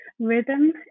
rhythm